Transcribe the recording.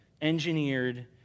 engineered